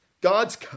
God's